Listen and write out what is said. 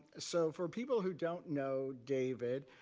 so for people who don't know david,